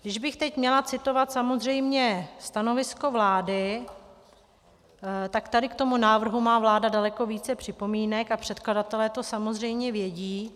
Kdybych teď měla citovat samozřejmě stanovisko vlády, tak tady k tomu návrhu má vláda daleko více připomínek a předkladatelé to samozřejmě vědí.